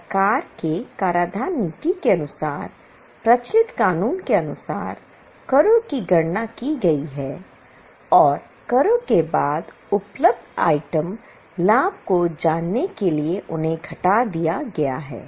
सरकार के कराधान नीति के अनुसार प्रचलित कानून के अनुसार करों की गणना की गई है और करों के बाद उपलब्ध अंतिम लाभ को जानने के लिए उन्हें घटा दिया गया है